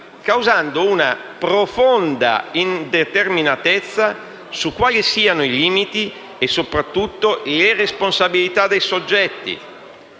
causando una profonda indeterminatezza su quali siano i limiti e soprattutto le responsabilità dei soggetti.